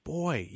boy